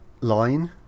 line